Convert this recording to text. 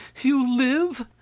you live?